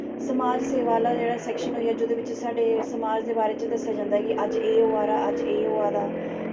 समाज़ सेवा आह्ला जेह्ड़ा सैक्शन होईयै जेह्दे बिच्च साढ़े समाज़ दे बारे च दस्सेआ जंदा कि अज्ज एह् होआ दा अज्ज एह् होआ दा